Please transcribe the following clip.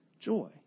joy